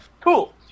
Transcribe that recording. Cool